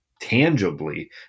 tangibly